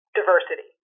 diversity